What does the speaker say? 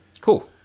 Cool